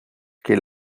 que